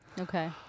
Okay